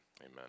amen